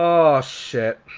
oh shit.